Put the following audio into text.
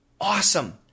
awesome